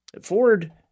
Ford